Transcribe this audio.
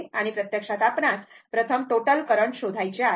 आणि प्रत्यक्षात आपणास प्रथम टोटल करंट शोधायचे आहे